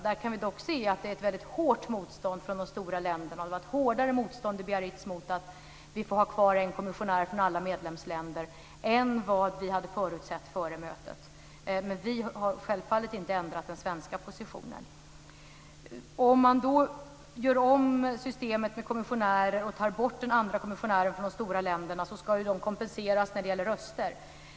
Där kan vi dock se att det är ett mycket hårt motstånd från de stora länderna. Det var ett hårdare motstånd i Biarritz mot att ha kvar en kommissionär från alla medlemsländer än vad vi hade förutsatt före mötet. Men vi har självfallet inte ändrat den svenska positionen. Om man gör om systemet med kommissionärer och tar bort den andra kommissionären från de stora länderna ska de kompenseras när det gäller röster.